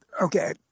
Okay